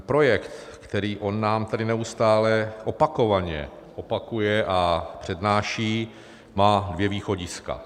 Projekt, který nám tady neustále opakovaně přednáší, má dvě východiska.